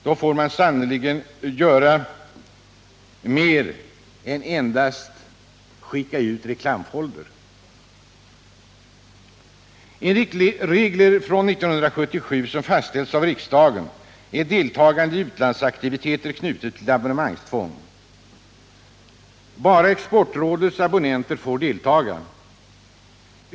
Då får man sannerligen göra mer än endast skicka ut reklamfoldrar. Enligt regler från 1972, som fastställts av riksdagen, är deltagande i utlandsaktiviteter knutet till abonnemangstvång. Bara Exportrådets abonnenter får deltaga.